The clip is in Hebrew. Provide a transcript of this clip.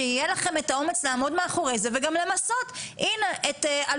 שיהיה לכם את האומץ לעמוד מאחרי זה וגם למסות את אלופי